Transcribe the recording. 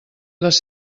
les